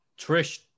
Trish